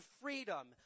freedom